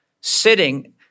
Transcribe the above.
sitting